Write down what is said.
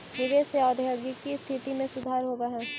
निवेश से औद्योगिक स्थिति में सुधार होवऽ हई